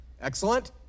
Excellent